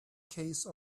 case